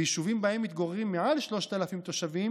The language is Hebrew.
ביישובים שבהם מתגוררים מעל 3,000 תושבים